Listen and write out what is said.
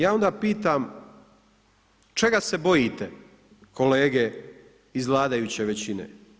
Ja onda pitam čega se bojite kolege iz vladajuće većine?